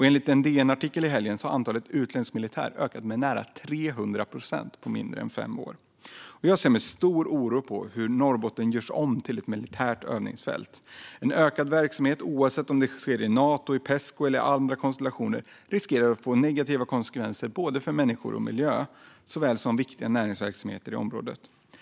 Enligt en DN-artikel i helgen har antalet utländska militärer ökat med nära 300 procent på mindre än fem år. Jag ser med oro på hur Norrbotten görs om till ett militärt övningsfält. En ökad verksamhet, oavsett om den sker med Nato, Pesco eller i andra konstellationer, riskerar att få negativa konsekvenser för såväl människor och miljö som viktiga näringsverksamheter i området.